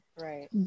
Right